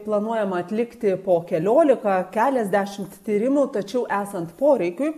planuojama atlikti po keliolika keliasdešimt tyrimų tačiau esant poreikiui